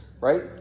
Right